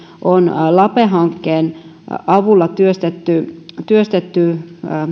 on lape hankkeen avulla työstetty työstetty